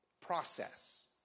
process